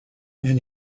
and